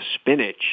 spinach